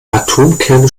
atomkerne